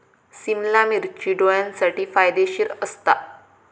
सिमला मिर्ची डोळ्यांसाठी फायदेशीर असता